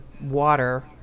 water